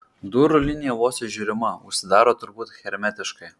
durų linija vos įžiūrima užsidaro turbūt hermetiškai